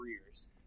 careers